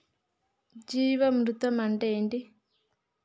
జీవామృతం అంటే ఏంటి?